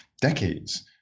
decades